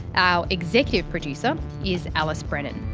our executive producer is alice brennan.